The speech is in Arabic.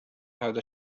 هذا